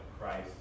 Christ